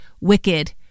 wicked